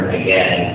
again